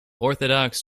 orthodox